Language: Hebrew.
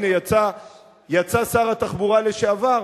הנה, יצא שר התחבורה לשעבר.